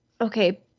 okay